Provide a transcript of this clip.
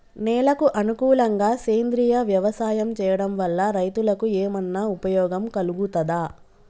నేలకు అనుకూలంగా సేంద్రీయ వ్యవసాయం చేయడం వల్ల రైతులకు ఏమన్నా ఉపయోగం కలుగుతదా?